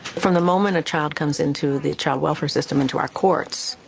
from the moment a child comes into the child welfare system into our courts,